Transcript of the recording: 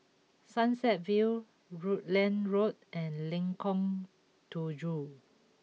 Sunset View Rutland Road and Lengkong Tujuh